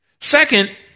Second